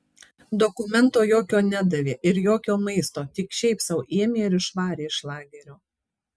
dokumento jokio nedavė ir jokio maisto tik šiaip sau ėmė ir išvarė iš lagerio